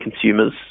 consumers